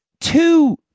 Two